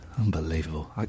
Unbelievable